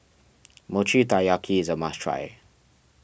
Mochi Taiyaki is a must try